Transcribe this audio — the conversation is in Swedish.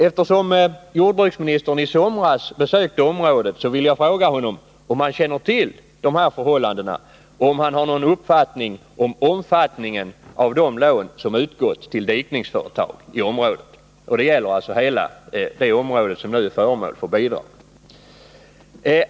Eftersom jordbruksministern i somras besökte området vill jag fråga honom, om han känner till de här förhållandena och om han har någon uppfattning om omfattningen av de lån som utgått till dikningsföretag i området. Jag avser hela det område där bidrag nu kan komma i fråga.